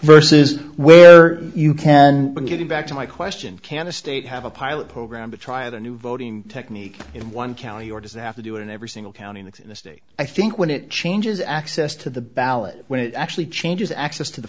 versus when you can and getting back to my question can the state have a pilot program to try the new voting technique in one county or does it have to do it in every single county that's in the state i think when it changes access to the ballot when it actually changes access to the